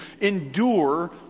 endure